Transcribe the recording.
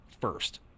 first